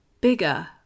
bigger